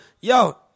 yo